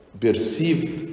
perceived